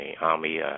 Army